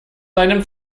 seinem